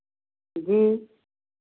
जी